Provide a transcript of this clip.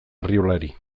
arriolari